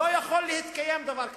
לא יכול להתקיים דבר כזה.